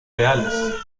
reales